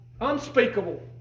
unspeakable